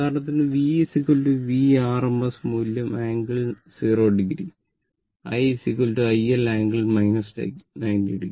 ഉദാഹരണത്തിന് v V rms മൂല്യം angle 0o I iL angle 90o